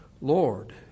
Lord